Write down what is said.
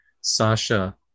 Sasha